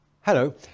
Hello